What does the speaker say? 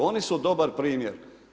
Oni su dobar primjer.